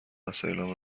وسایلم